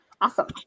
Awesome